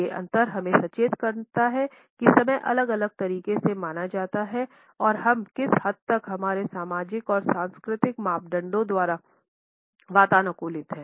ये अंतर हमें सचेत करते हैं की समय अलग अलग तरीकों से माना जाता है और हम किस हद तक हमारे सामाजिक और सांस्कृतिक मापदंडों द्वारा वातानुकूलित हैं